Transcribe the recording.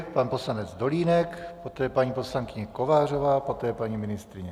Pan poslanec Dolínek, poté paní poslankyně Kovářová, poté paní ministryně.